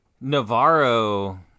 Navarro